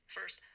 First